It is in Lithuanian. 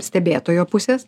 stebėtojo pusės